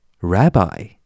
Rabbi